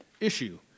issue